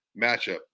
matchup